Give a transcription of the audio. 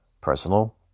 Personal